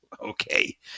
Okay